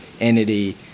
entity –